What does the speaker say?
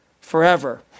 Forever